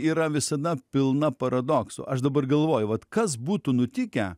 yra visada pilna paradoksų aš dabar galvoju vat kas būtų nutikę